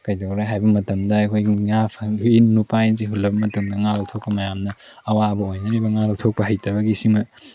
ꯀꯩꯗꯧꯔꯦ ꯍꯥꯏꯕ ꯃꯇꯝꯗ ꯑꯩꯈꯣꯏꯒꯤ ꯉꯥ ꯏꯟ ꯅꯨꯄꯥ ꯏꯟꯁꯤ ꯍꯨꯜꯂꯕ ꯃꯇꯝꯗ ꯉꯥ ꯂꯧꯊꯣꯛꯄ ꯃꯌꯥꯝꯅ ꯑꯋꯥꯕ ꯑꯣꯏꯅꯔꯤꯕ ꯉꯥ ꯂꯧꯊꯣꯛꯄ ꯍꯩꯇꯕꯒꯤ ꯁꯤꯃ